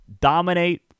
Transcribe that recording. Dominate